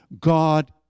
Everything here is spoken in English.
God